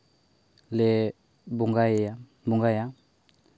ᱞᱮ ᱵᱚᱸᱜᱟᱭᱟᱭ ᱵᱚᱸᱜᱟᱭᱟ